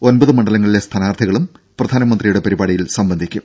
ഒൻപത് മണ്ഡലങ്ങളിലെ സ്ഥാനാർത്ഥികളും പ്രധാനമന്ത്രിയുടെ പരിപാടിയിൽ സംബന്ധിക്കും